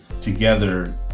together